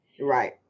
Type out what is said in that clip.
Right